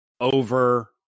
over